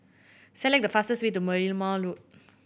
select the fastest way to Merlimau Road